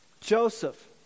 Joseph